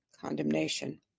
condemnation